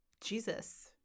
Jesus